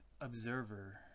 observer